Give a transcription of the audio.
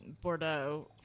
bordeaux